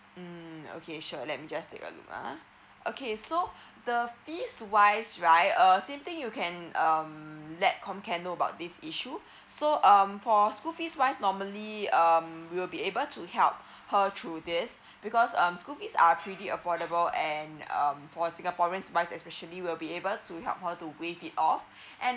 mm okay sure let me just take a look ah okay so the fees wise right uh same thing you can um let comcare know about this issue so um for school fees wise normally um we'll be able to help her through this because um school fees are pretty affordable and um for singaporeans wise especially will be able to help her to wave it off and